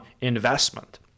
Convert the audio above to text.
investment